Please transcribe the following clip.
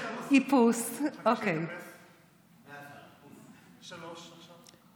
הוסיפה לי שלוש, נהיו לי תשע.